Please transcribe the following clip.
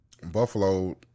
buffalo